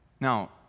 Now